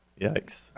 Yikes